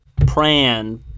Pran